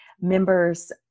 members